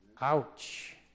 Ouch